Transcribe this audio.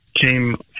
came